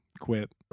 quit